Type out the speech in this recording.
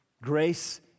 Grace